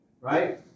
right